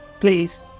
Please